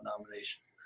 nominations